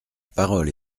parole